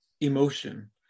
emotion